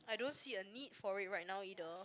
I don't see a need for it right now either